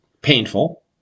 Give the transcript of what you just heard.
Painful